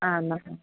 ആ എന്നാൽ